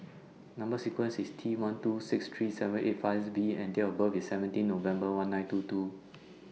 Number sequence IS T one two six three seven eight fives V and Date of birth IS seventeen November one nine two two